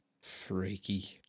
freaky